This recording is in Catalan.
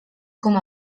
com